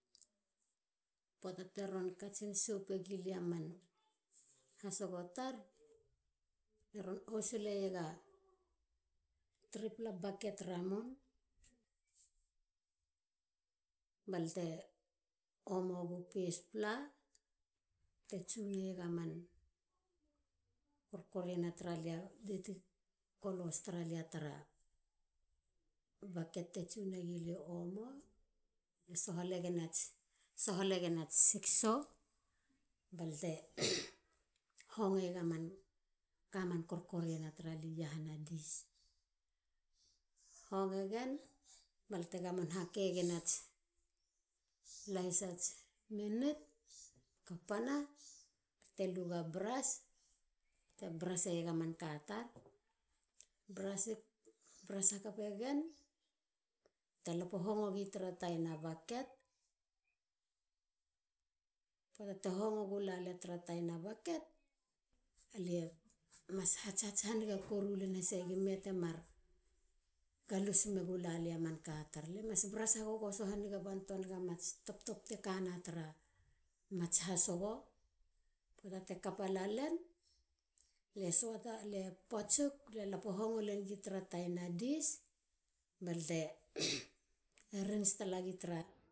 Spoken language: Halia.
Poata teron ngilin sopegi lia mats kolos tar. lie ron osulega topisa baket ramun balte omo ga pespla te tsu hongo ga man kolos tra lia tra baket te tsu naguliu omo. sohale gen ats sigso balte hongo ega manka man kor koriana tar i iogana. balte gamon hakei gen ats lahisa minutes. kapana ba te lu ga brush. ba te brush egen ga manka tar. brush hakapegen ba te lapo hongo gi tara tabina paget. poata te hongo gulalia tara tana baket lie mas hats koru len talak. temar galus megulalia mats kolos tar. lie mas brush hagogoso hanigantoa naga mats top top te kana tra mats kolos. lie potsik. balte ton rinse talahi tara